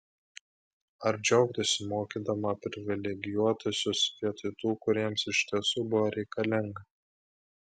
ar džiaugtųsi mokydama privilegijuotuosius vietoj tų kuriems iš tiesų buvo reikalinga